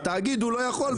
בתאגיד הוא לא יכול,